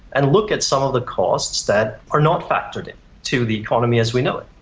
and look at some of the costs that are not factored in to the economy as we know it.